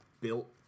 built